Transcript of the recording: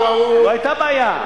לא היתה בעיה.